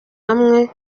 hamwe